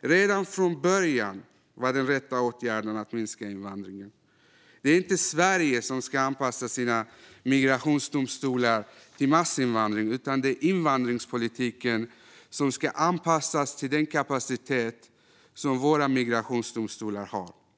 Redan från början var den rätta åtgärden att minska invandringen. Det är inte Sverige som ska anpassa sina migrationsdomstolar till massinvandring, utan det är invandringspolitiken som ska anpassas till den kapacitet som våra migrationsdomstolar har.